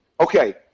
Okay